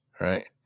right